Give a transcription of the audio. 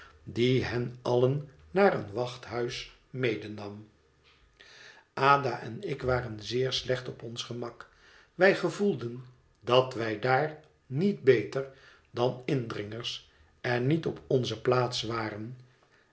die hen allen naar een wachthuis medonam ada en ik waren zeer slecht op ons gemak wij gevoelden dat wij daar niet beter dan indringers en niet op onze plaats waren